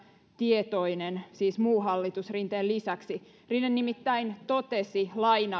tietoinen siis muu hallitus rinteen lisäksi rinne nimittäin totesi